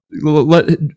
let